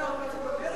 ניצן הורוביץ הוא במרצ.